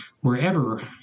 wherever